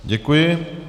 Děkuji.